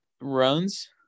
Runs